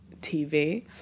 tv